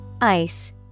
Ice